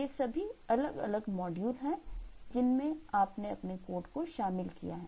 ये सभी अलग अलग मॉड्यूल हैं जिनमें आपने अपने कोड को शामिल किए है